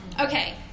Okay